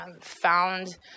Found